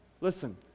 listen